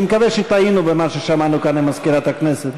אני מקווה שטעינו במה ששמענו כאן ממזכירת הכנסת.